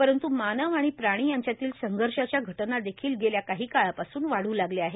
परंतु मानव आणि प्राणी यांच्यातील संघांच्या घटना देखिल गेल्या काही काळापासून वाढू लागल्या आहेत